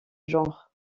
genre